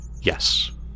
Yes